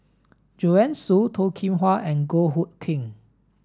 Joanne Soo Toh Kim Hwa and Goh Hood Keng